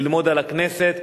ללמוד על הכנסת,